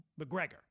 mcgregor